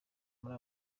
muri